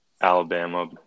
Alabama